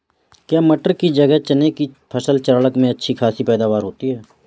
क्या मटर की जगह चने की फसल चक्रण में अच्छी खासी पैदावार होती है?